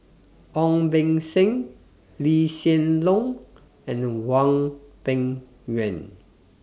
Ong Beng Seng Lee Hsien Loong and Hwang Peng Yuan